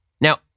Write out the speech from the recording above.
Now